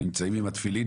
עם התפילין,